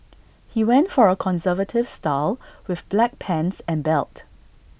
he went for A conservative style with black pants and belt